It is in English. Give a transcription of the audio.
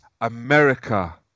America